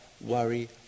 worry